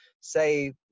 Say